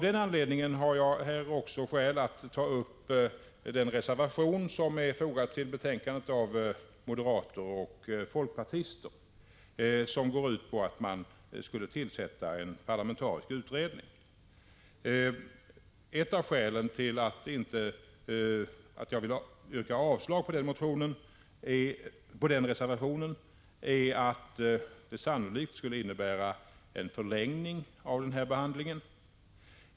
Jag har därför skäl att också ta upp den reservation av moderater och folkpartister som är fogad till betänkandet och som går ut på att man skulle tillsätta en parlamentarisk utredning. Ett av skälen till att jag vill yrka avslag på den reservationen är att en parlamentarisk kommitté sannolikt skulle innebära en förlängning av det här översynsarbetet.